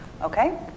Okay